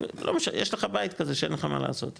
לא משנה, יש לך בית כזה שאין לך מה לעשות איתו.